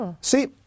See